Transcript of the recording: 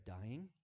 dying